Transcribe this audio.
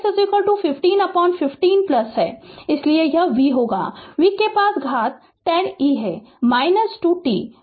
इसलिए यह v होगा v के पास घात 10 e है 25 t v v c v v c